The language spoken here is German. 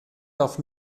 darf